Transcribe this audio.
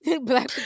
Black